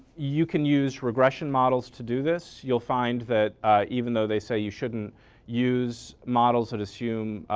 you can use regression models to do this. you'll find that even though they say you shouldn't use models that assume